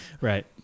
right